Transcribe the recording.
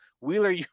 wheeler